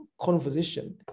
conversation